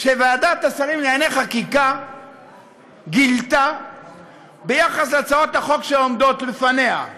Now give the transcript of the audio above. שוועדת השרים לענייני חקיקה גילתה ביחס להצעות החוק שעמדו לפניה?